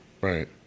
Right